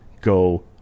go